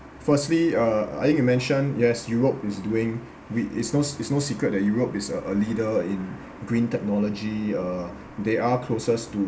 firstly uh I think you mentioned yes europe is doing it it's no it's no secret that europe is a a leader in green technology uh they are closest to